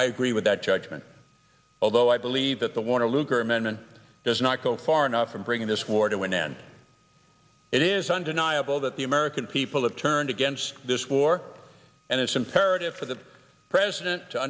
i agree with that judgment although i believe that the warner lugar amendment does not go far enough in bringing this war to an end it is undeniable that the american people have turned against this war and it's imperative for the president to